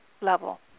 level